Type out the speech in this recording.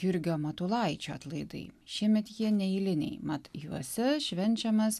jurgio matulaičio atlaidai šiemet jie neeiliniai mat juose švenčiamas